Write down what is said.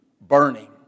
burning